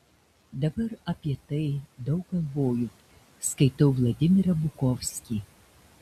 dabar apie tai daug galvoju skaitau vladimirą bukovskį